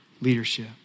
leadership